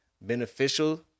beneficial